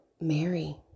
Mary